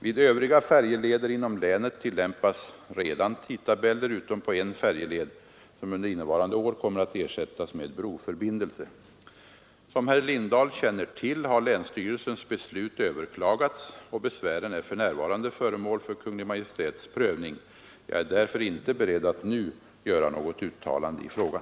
Vid övriga färjeleder inom länet tillämpas redan tidtabeller utom på en färjeled, som under innevarande år kommer att ersättas med broförbindelse. Som herr Lindahl känner till har länsstyrelsens beslut överklagats och besvären är för närvarande föremål för Kungl. Maj:ts prövning. Jag är därför inte beredd att nu göra något uttalande i frågan.